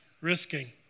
risking